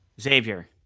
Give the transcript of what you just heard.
Xavier